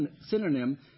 synonym